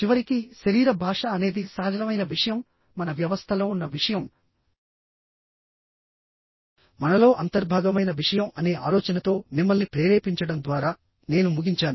చివరికి శరీర భాష అనేది సహజమైన విషయంమన వ్యవస్థలో ఉన్న విషయంమనలో అంతర్భాగమైన విషయం అనే ఆలోచనతో మిమ్మల్ని ప్రేరేపించడం ద్వారా నేను ముగించాను